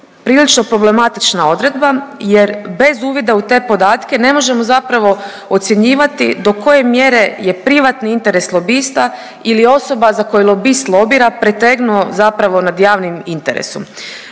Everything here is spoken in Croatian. prilično problematična odredba jer bez uvida u te podatke ne možemo zapravo ocjenjivati do koje mjere je privatni interes lobista ili osoba za koje lobist lobira pretegnuo zapravo nad javnim interesom.